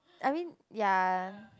I mean ya